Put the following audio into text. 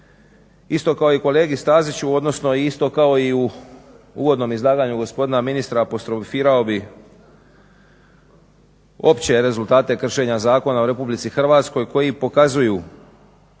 Isto kao i kolegi Staziću, odnosno isto kao i u uvodnom izlaganju gospodina ministra apostrofirao bih opće rezultate kršenja zakona u RH koji pokazuju